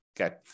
Okay